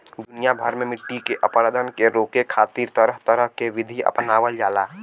दुनिया भर में मट्टी के अपरदन के रोके खातिर तरह तरह के विधि अपनावल जाला